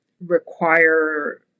require